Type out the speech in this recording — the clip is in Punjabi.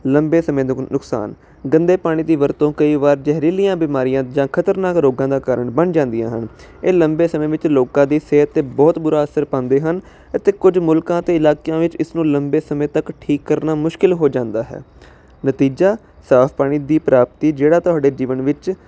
ਲੰਬੇ ਸਮੇਂ ਤੋਂ ਨੁਕਸਾਨ ਗੰਦੇ ਪਾਣੀ ਦੀ ਵਰਤੋਂ ਕਈ ਵਾਰ ਜ਼ਹਿਰੀਲੀਆਂ ਬਿਮਾਰੀਆਂ ਜਾਂ ਖਤਰਨਾਕ ਰੋਗਾਂ ਦਾ ਕਾਰਨ ਬਣ ਜਾਂਦੀਆਂ ਹਨ ਇਹ ਲੰਬੇ ਸਮੇਂ ਵਿੱਚ ਲੋਕਾਂ ਦੀ ਸਿਹਤ 'ਤੇ ਬਹੁਤ ਬੁਰਾ ਅਸਰ ਪਾਉਂਦੇ ਹਨ ਇੱਥੇ ਕੁਝ ਮੁਲਕਾਂ ਅਤੇ ਇਲਾਕਿਆਂ ਵਿੱਚ ਇਸ ਨੂੰ ਲੰਬੇ ਸਮੇਂ ਤੱਕ ਠੀਕ ਕਰਨਾ ਮੁਸ਼ਕਿਲ ਹੋ ਜਾਂਦਾ ਹੈ ਨਤੀਜਾ ਸਾਫ਼ ਪਾਣੀ ਦੀ ਪ੍ਰਾਪਤੀ ਜਿਹੜਾ ਤੁਹਾਡੇ ਜੀਵਨ ਵਿੱਚ